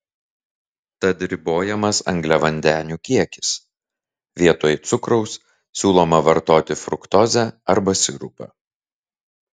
tad ribojamas angliavandenių kiekis vietoj cukraus siūloma vartoti fruktozę arba sirupą